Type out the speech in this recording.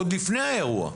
עוד לפני האירוע,